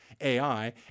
AI